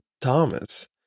Thomas